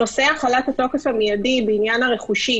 נושא החלת התוקף המיידי בעניין הרכושי